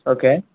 okay